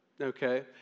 okay